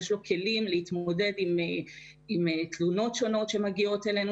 יש לו כלים להתמודד עם תלונות שונות שמגיעות אלינו